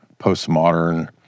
postmodern